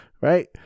right